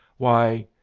why,